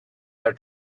their